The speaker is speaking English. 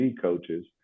coaches